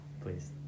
Please